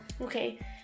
Okay